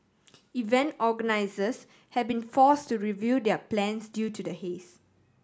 event organisers have been force to review their plans due to the haze